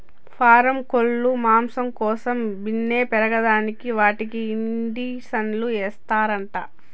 పారం కోల్లు మాంసం కోసం బిన్నే పెరగేదానికి వాటికి ఇండీసన్లు ఇస్తారంట